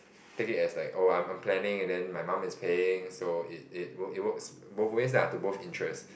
take it as like oh I'm planning and then my mum is paying so it it works both ways lah to both interests